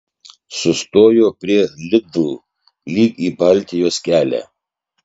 sustojo prie lidl lyg į baltijos kelią